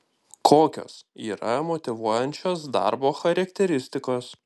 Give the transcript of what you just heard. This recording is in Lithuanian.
kokios yra motyvuojančios darbo charakteristikos